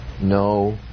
no